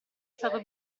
stato